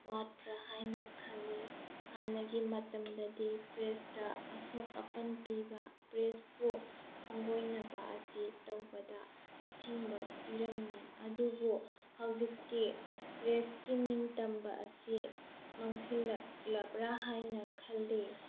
ꯋꯥꯠꯄ꯭ꯔꯥ ꯍꯥꯏꯅ ꯈꯜꯂꯤ ꯍꯥꯟꯅꯒꯤ ꯃꯇꯝꯗꯗꯤ ꯄ꯭ꯔꯦꯁꯇ ꯑꯁꯣꯛ ꯑꯄꯟ ꯄꯤꯕ ꯄ꯭ꯔꯦꯁꯄꯨ ꯈꯣꯡꯒꯣꯏꯅꯕ ꯑꯁꯤ ꯇꯧꯕꯗ ꯑꯊꯤꯡꯕ ꯄꯤꯔꯝꯃꯤ ꯑꯗꯨꯕꯨ ꯍꯧꯖꯤꯛꯇꯤ ꯄ꯭ꯔꯦꯁꯀꯤ ꯅꯤꯡꯇꯝꯕ ꯑꯁꯤ ꯃꯥꯡꯁꯤꯜꯂꯛꯂꯕ꯭ꯔꯥ ꯍꯥꯏꯅ ꯈꯜꯂꯤ